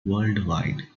worldwide